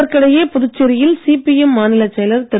இதற்கிடையே புதுச்சேரியில் சிபிஎம் மாநிலச் செயலர் திரு